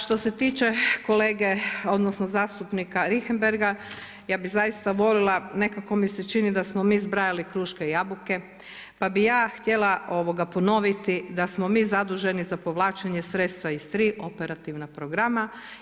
Što se tiče kolege, odnosno zastupnika Richembergha ja bih zaista volila nekako mi se čini da smo mi zbrajali kruške i jabuke, pa bih ja htjela ponoviti da smo mi zaduženi za povlačenje sredstva iz tri operativna programa.